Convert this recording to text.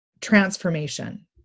transformation